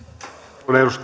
arvoisa